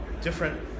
different